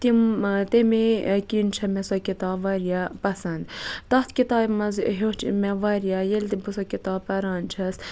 تِم تمے کِن چھ مےٚ سۄ کِتاب واریاہ پَسَنٛد تَتھ کِتابہ مَنٛز ہیٚوچھ مےٚ واریاہ ییٚلہِ تہِ بہٕ سۄ کِتاب پران چھَس